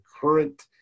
current